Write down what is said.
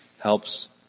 helps